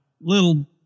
little